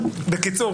אפשר.